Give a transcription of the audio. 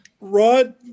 Rod